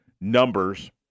numbers